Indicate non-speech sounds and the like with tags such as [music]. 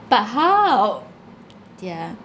but how [noise] yeah